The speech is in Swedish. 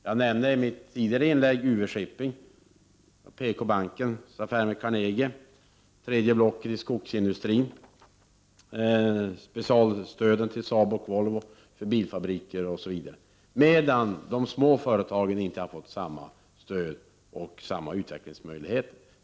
Jag nämnde i mitt tidigare inlägg UV-Shipping, PKbankens affär med Carnegie, tredje blocket i skogsindustrin, specialstöden till Saab och Volvo osv. De små företagen har inte fått samma stöd och samma utvecklingsmöjligheter.